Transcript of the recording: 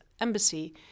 embassy